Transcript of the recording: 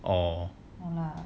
orh